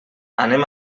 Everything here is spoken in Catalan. anem